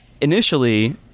initially